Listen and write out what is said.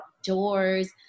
outdoors